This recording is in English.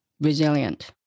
resilient